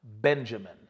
Benjamin